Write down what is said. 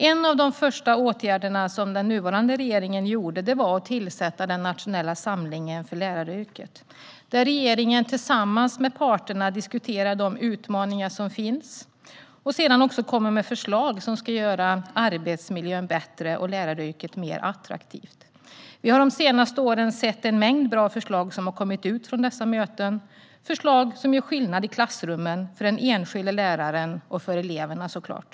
En av de första åtgärder som den nuvarande regeringen vidtog var att tillsätta den nationella samlingen för läraryrket, där regeringen tillsammans med parterna diskuterar de utmaningar som finns och sedan kommer med förslag som ska göra arbetsmiljön bättre och läraryrket mer attraktivt. Vi har de senaste åren sett en mängd bra förslag som har kommit från dessa möten, förslag som gör skillnad i klassrummen, för den enskilde läraren och för eleverna, såklart.